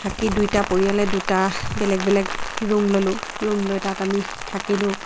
থাকি দুইটা পৰিয়ালে দুটা বেলেগ বেলেগ ৰুম ললোঁ ৰুম লৈ তাত আমি থাকিলোঁ